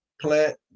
Plant